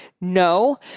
No